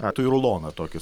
a tu į ruloną tokį